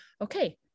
okay